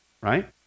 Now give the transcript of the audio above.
right